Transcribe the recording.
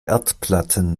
erdplatten